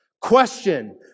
Question